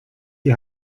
die